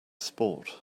sport